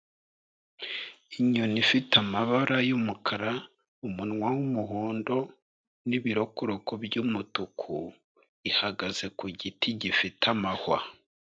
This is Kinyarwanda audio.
Inyoni ifite amabara y'umukara, umunwa w'umuhondo, n'ibirokoroko by'umutuku, ihagaze ku giti gifite amahwa.